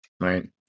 right